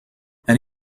and